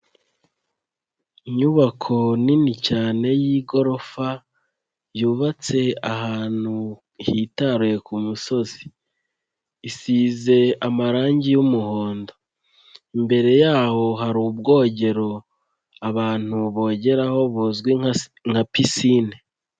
Inyubako nini cyane y'igorofa yubatse ahantu hitaruye ku musozi, isize amarangi y'umuhondo, imbere yaho hari ubwogero abantu bogeraho buzwi nka pisine.